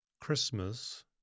Christmas